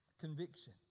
Conviction